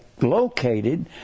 located